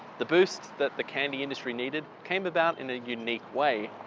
the boost that the candy industry needed came about in unique way,